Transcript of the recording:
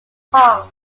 kong